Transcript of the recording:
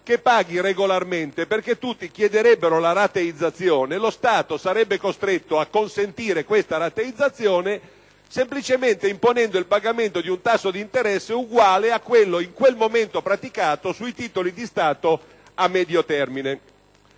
che pagherebbe regolarmente perché tutti chiederebbero la rateizzazione e lo Stato sarebbe costretto a consentirla semplicemente imponendo il pagamento di un tasso di interesse uguale a quello in quel momento praticato sui titoli di Stato a medio termine.